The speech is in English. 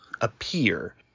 appear